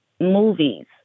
movies